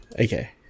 okay